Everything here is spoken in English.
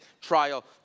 trial